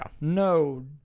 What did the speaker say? no